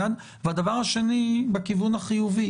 הדבר השני, בכיוון החיובי